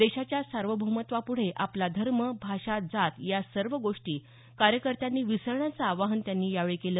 देशाच्या सार्वभौमत्वापुढे आपला धर्म भाषा जात या सर्व गोष्टी कार्यकर्त्यांनी विसरण्याचं आवाहन त्यांनी यावेळी केलं